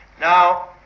Now